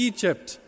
Egypt